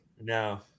No